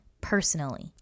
personally